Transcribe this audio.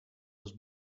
was